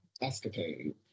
Escapade